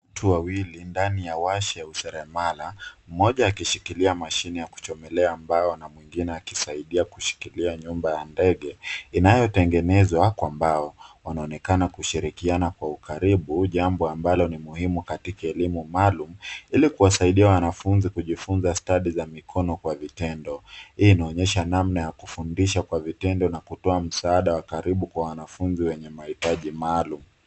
Watu wawili ndani ya washi ya useremala, mmoja akishikilia mashine ya kuchomelea mbao na mwingine akisaidia kushikilia nyumba ya ndege inayotengenezwa kwa mbao. Wanaonekana kushirikiana kwa ukaribu, jambo ambalo ni muhimu katika elimu maalum ili kuwasaidia wanafunzi kujifunza stadi za mikono kwa vitendo. Hii inaonyesha namna ya kufundisha kwa vitendo na kutoa msaada wa karibu kwa wanafunzi wenye mahitaji maalum.